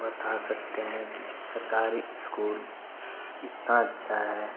बता सकते हैं कि सरकारी इस्कूल इतना अच्छा है